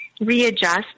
readjust